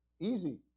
easy